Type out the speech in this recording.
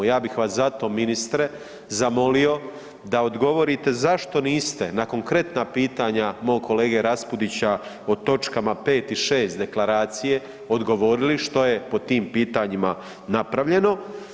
Ja bih vas zato ministre zamolio da odgovorite zašto niste na konkretna pitanja mog kolege Raspudića o točkama 5. i 6. deklaracije odgovorili, što je po tim pitanjima napravljeno?